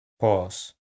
Pause